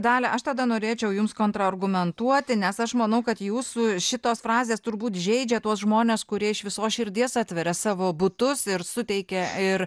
dalia aš tada norėčiau jums kontraargumentuoti nes aš manau kad jūsų šitos frazės turbūt žeidžia tuos žmones kurie iš visos širdies atveria savo butus ir suteikia ir